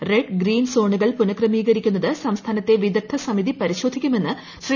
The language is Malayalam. റെഡ് ഗ്രീൻ സോണുകൾ പുനഃക്രമീകരിക്കുന്നത് സംസ്ഥാനത്തെ വിദഗ്ധ സമിതി പരിശോധിക്കുമെന്ന് ശ്രീ